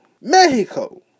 Mexico